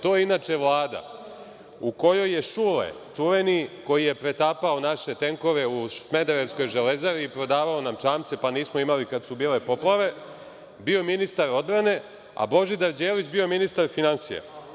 To je inače Vlada u kojoj je Šule čuveni, koji je pretapao naše tenkove u „Smederevskoj železari“ i prodavao nam čamce, pa nismo imali kad su bile poplave, bio ministar odbrane, a Božidar Đelić bio ministar finansija.